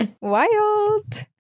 wild